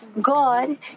God